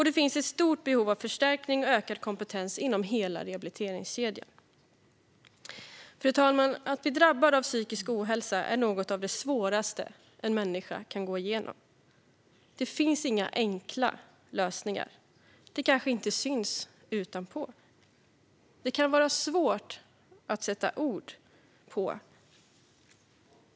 Det finns ett stort behov av förstärkning och ökad kompetens inom hela rehabiliteringskedjan. Fru talman! Att bli drabbad av psykisk ohälsa är något av det svåraste en människa kan gå igenom. Det finns inga enkla lösningar. Det kanske inte syns utanpå. Det kan vara svårt att sätta ord på.